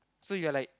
so you're like